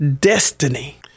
destiny